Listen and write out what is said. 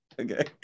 Okay